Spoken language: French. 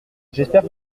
j’espère